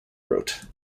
wrote